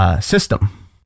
system